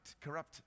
corrupt